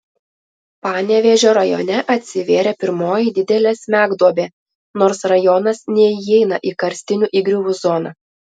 panevėžio rajone atsivėrė pirmoji didelė smegduobė nors rajonas neįeina į karstinių įgriuvų zoną